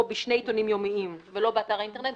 "בשני עיתונים יומיים" ולא באתר האינטרנט,